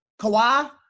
Kawhi